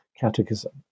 catechism